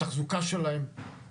התחזוקה שלהם.